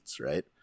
right